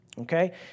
Okay